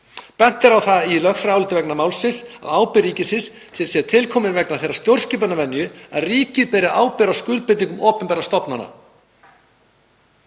Bent er á það í lögfræðiáliti vegna málsins að ábyrgð ríkisins sé til komin vegna þeirrar stjórnskipunarvenju að ríkið beri ábyrgð á skuldbindingum opinberra stofnanna.